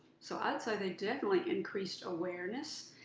so i'd say they definitely increased awareness,